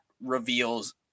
reveals